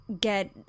get